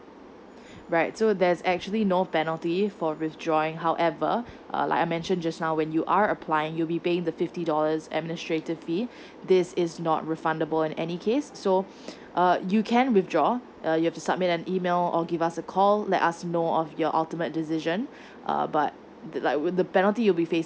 right so there's actually no penalty for withdrawing however uh like I mention just now when you are applying you'll be paying the fifty dollars administrative fee this is not refundable in any case so uh you can withdraw uh you have to submit an email or give us a call let us know of your ultimate decision uh but but the penalty you'll be facing